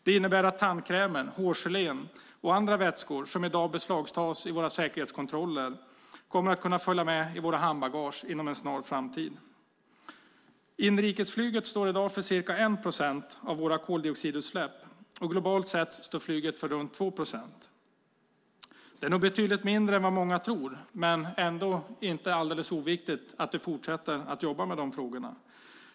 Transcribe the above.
Det innebär att tandkrämen, hårgelén och andra vätskor som i dag beslagtas i säkerhetskontrollerna kommer att kunna följa med i vårt handbagage inom en snar framtid. Inrikesflyget står i dag för ca 1 procent av våra koldioxidutsläpp, och globalt sett står flyget för runt 2 procent. Det är nog betydligt mindre än vad många tror, men ändå är det inte alldeles oviktigt att vi fortsätter att arbeta med de frågorna.